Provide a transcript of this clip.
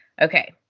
Okay